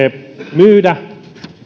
myydä